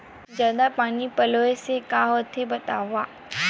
जादा पानी पलोय से का होथे बतावव?